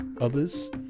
others